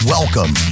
Welcome